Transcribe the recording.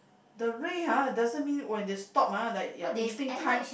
the ray ha doesn't mean when they stop ah like evening time